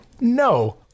no